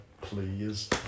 Please